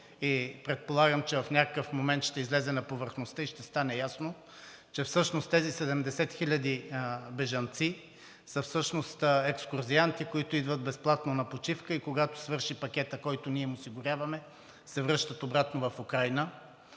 и предполагам, че в някакъв момент ще излезе на повърхността и ще стане ясно, че всъщност тези 70 хиляди бежанци са всъщност екскурзианти, които идват безплатно на почивка, и когато свърши пакетът, който ние им осигуряваме, се връщат обратно в Украйна.